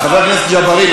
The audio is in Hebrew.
חבר הכנסת ג'בארין,